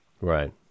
Right